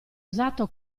usato